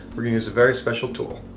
we're gonna use a very special tool.